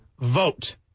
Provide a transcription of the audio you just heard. vote